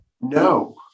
No